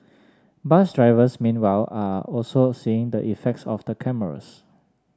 bus drivers meanwhile are also seeing the effects of the cameras